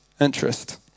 interest